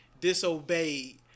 disobeyed